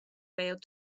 failed